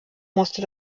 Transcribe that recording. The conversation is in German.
musste